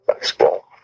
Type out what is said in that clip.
baseball